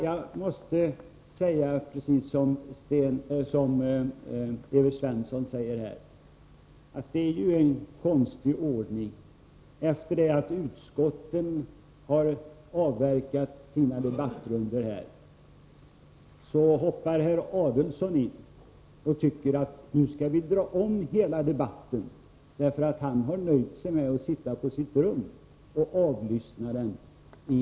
Jag måste instämma i det som Evert Svensson sade, nämligen att det är en konstig ordning. Efter det att partiernas utskottsrepresentanter avverkat sina debattrundor hoppar herr Adelsohn in i debatten. Han tycker att det här skall dras en gång till, därför att han tidigare har nöjt sig med att sitta på sitt rum och därifrån lyssna på debatten.